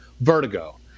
Vertigo